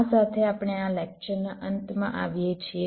આ સાથે આપણે આ લેક્ચરના અંતમાં આવીએ છીએ